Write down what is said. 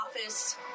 office